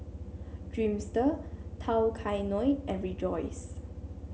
Dreamster Tao Kae Noi and Rejoice